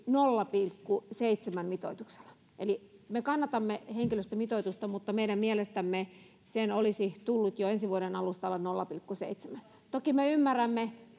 nolla pilkku seitsemän mitoituksella me kannatamme henkilöstömitoitusta mutta meidän mielestämme sen olisi tullut olla jo ensi vuoden alusta nolla pilkku seitsemän toki me ymmärrämme